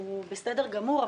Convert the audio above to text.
הוא בסדר גמור,